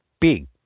big